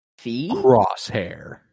crosshair